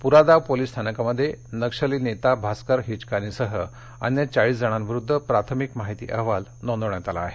पुरादा police स्थानकामध्ये नक्षली नेता भास्कर हिचकानीसह अन्य चाळीस जाणांविरुद्ध प्राथमिक माहिती अहवाल नोंदवण्यात आला आहे